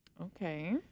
Okay